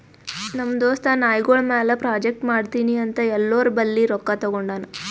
ನಮ್ ದೋಸ್ತ ನಾಯ್ಗೊಳ್ ಮ್ಯಾಲ ಪ್ರಾಜೆಕ್ಟ್ ಮಾಡ್ತೀನಿ ಅಂತ್ ಎಲ್ಲೋರ್ ಬಲ್ಲಿ ರೊಕ್ಕಾ ತಗೊಂಡಾನ್